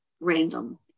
random